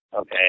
okay